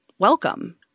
welcome